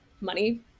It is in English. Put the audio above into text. money